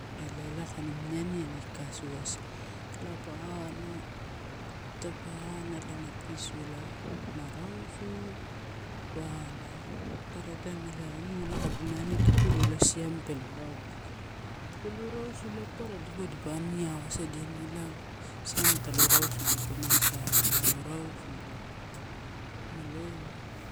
Ela, ela kainiua amini aniani kakasuasa. Ela pa ana, taupe ana ela na pisu elai ma rausu. Pa ana, papara taim ela, ela anua ela kabuna ani tupuru ela siam pelo rausu, pelo rausu ela papara dipauwa dipa ani awaisadia ela siam talo rausu gito ma sa.